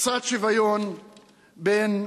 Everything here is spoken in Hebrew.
קצת שוויון בין